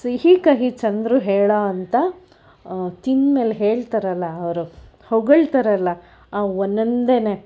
ಸಿಹಿ ಕಹಿ ಚಂದ್ರು ಹೇಳಾ ಅಂತ ತಿಂದ್ಮೇಲೆ ಹೇಳ್ತಾರಲ್ಲ ಅವರು ಹೊಗಳ್ತಾರಲ್ಲ ಆ ಒಂದೊಂದೇನೆ